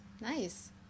nice